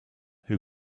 who